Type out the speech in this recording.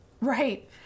Right